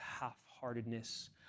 half-heartedness